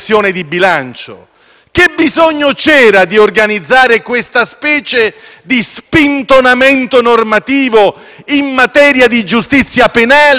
Quale bisogno c'era di organizzare questa specie di spintonamento normativo in materia di giustizia penale, quivi comprendendo